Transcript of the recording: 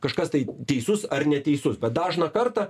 kažkas tai teisus ar neteisus bet dažną kartą